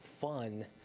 fun